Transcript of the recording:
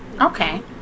Okay